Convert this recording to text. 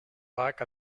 back